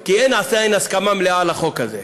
כי אין עדיין הסכמה מלאה על החוק הזה.